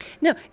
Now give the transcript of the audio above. No